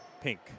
pink